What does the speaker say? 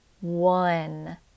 one